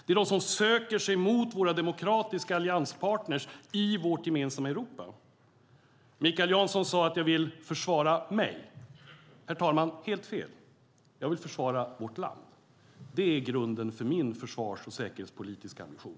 Det är de som söker sig till våra demokratiska allianspartner i vårt gemensamma Europa. Mikael Jansson sade att jag vill försvara mig. Det är helt fel. Jag vill försvara vårt land. Det är grunden för min försvars och säkerhetspolitiska ambition.